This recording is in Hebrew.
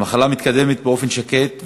המחלה מתקדמת באופן שקט,